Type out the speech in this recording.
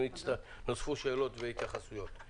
נוספו שאלות והתייחסויות.